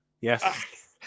Yes